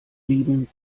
lieben